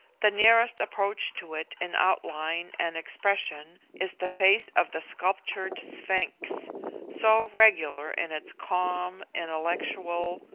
the nearest approach to it in outline and expression is the face of the sculptured sphinx so regular in its calm, intellectual,